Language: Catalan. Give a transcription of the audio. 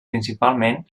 principalment